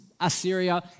Assyria